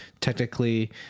technically